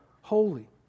holy